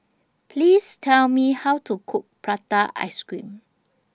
Please Tell Me How to Cook Prata Ice Cream